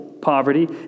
poverty